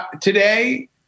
Today